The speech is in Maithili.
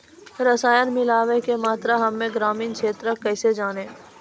रसायन मिलाबै के मात्रा हम्मे ग्रामीण क्षेत्रक कैसे जानै?